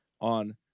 on